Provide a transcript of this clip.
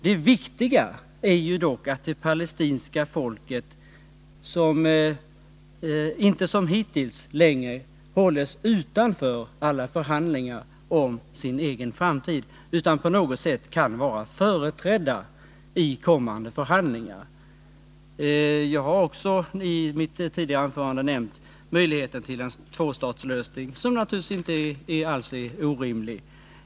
Det viktiga är dock att det palestinska folket inte som hittills längre hålls utanför alla förhandlingar om sin egen framtid, utan att på något sätt vara företrätt i kommande förhandlingar. Jag har i mitt tidigare anförande också nämnt möjligheten till en tvåstatslösning — som naturligtvis inte alls är orimlig.